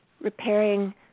repairing